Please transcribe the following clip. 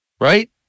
right